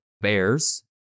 Bears